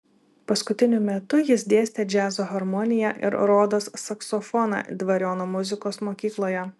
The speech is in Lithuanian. paskutiniu metu jis dėstė džiazo harmoniją ir rodos saksofoną dvariono muzikos mokykloje